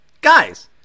Guys